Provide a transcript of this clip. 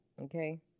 okay